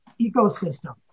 Ecosystem